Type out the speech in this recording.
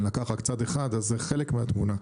לקחת רק צד אחד אז זה חלק מהתמונה,